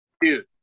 dude